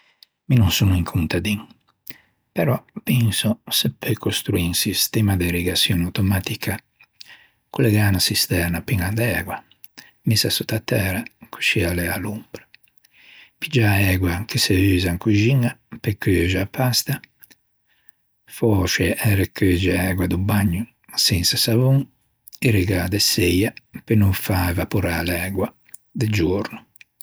Mi no son un contadin però penso se peu costruî un sistema de irrigaçion automatica, collegâ unna çisterna piña d'ægua missa sott'a-a tæra coscì a l'é à l'ombra. Piggiâ l'ægua ch'a se usa in coxiña pe cheuxe a pasta. Fòsce arrecheugge a ægua do bagno, ma sensa savon, irrigâ de seia pe no fa evaporâ l'ægua de giorno.